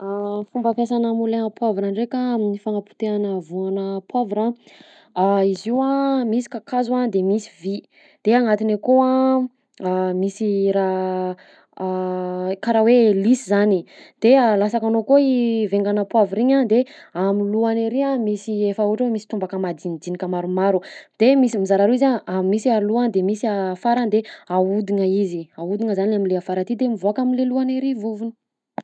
Fomba fiasanà moulin à poavra ndraika amin'ny fagnapotehana voanà poavra: izy io a misy kakazo a de misy vy; de agnatiny akao a misy raha karaha hoe helisy zany, de alasakanao akao i vaiganà poavra igny a de am'lohany ary a misy efa ohatra hoe tombaka madinidinika maromaro; de misy mizara roy izy a: misy aloha de misy afara, de ahodigna izy, ahodigna zany le am'le afara aty de mivoaka am'le lohany ary vovony.